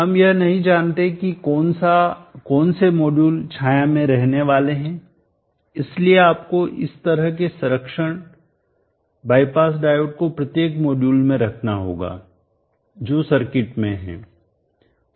हम यह नहीं जानते हैं कि कौन से मॉड्यूल छाया में रहने वाले हैं इसलिए आपको इस तरह के संरक्षण बाईपास डायोड को प्रत्येक मॉड्यूल में रखना होगा जो सर्किट में है